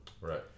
right